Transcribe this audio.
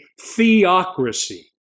theocracy